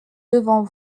devant